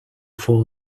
four